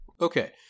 Okay